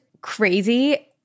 crazy